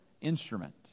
instrument